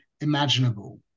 imaginable